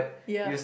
yup